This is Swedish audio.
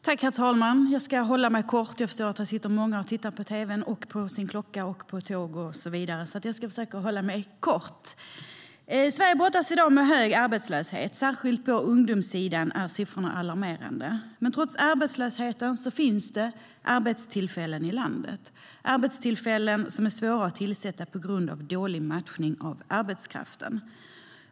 Herr talman! Jag ska fatta mig väldigt kort. Jag förstår att många sitter och tittar på tv, på sin klocka, på tågtider och så vidare, så jag ska försöka fatta mig kort. Sverige brottas i dag med hög arbetslöshet. Särskilt på ungdomssidan är siffrorna alarmerande. Men trots arbetslösheten finns det arbetstillfällen i landet, arbetstillfällen som är svåra att tillsätta på grund av dålig matchning av arbetskraften.